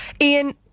Ian